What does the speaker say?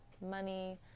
money